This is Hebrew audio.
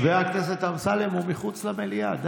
חבר הכנסת אמסלם, הוא מחוץ למליאה.